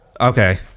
Okay